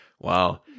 Wow